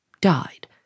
died